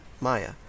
Maya